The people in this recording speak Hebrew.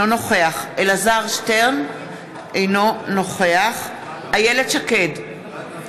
אינו נוכח אלעזר שטרן,